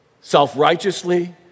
self-righteously